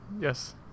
Yes